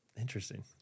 Interesting